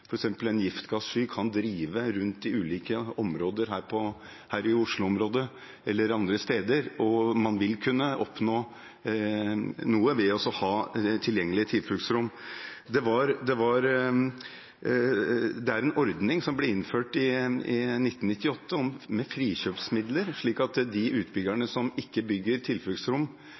kan en giftgassky drive rundt her i Oslo-området eller andre steder, og man vil kunne oppnå noe ved å ha tilgjengelige tilfluktsrom. Det ble innført en ordning i 1998 med frikjøpsmidler, slik at de utbyggerne som ikke bygger tilfluktsrom,